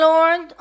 Lord